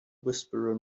whisperer